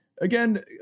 again